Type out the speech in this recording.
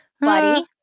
buddy